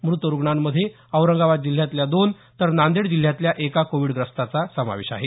मृत रुग्णांमध्ये औरंगाबाद जिल्ह्यातल्या दोन तर नांदेड जिल्ह्यातल्या एका कोविडग्रस्ताचा समावेश आहे